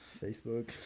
Facebook